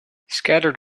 scattered